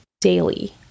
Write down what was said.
daily